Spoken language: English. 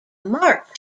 marked